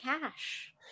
cash